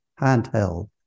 handheld